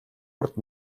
урд